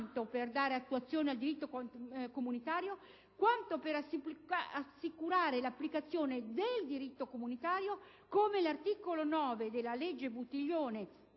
Grazie